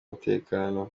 umutekano